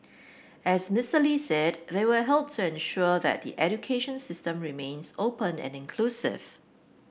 as Mister Lee said they will help to ensure that the education system remains open and inclusive